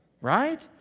Right